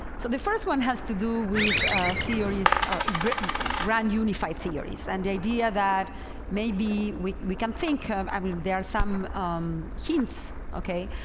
so the first one has to do with theories grand grand unified theories and the idea that maybe we we can think i mean, there are some um hints, okay.